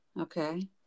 Okay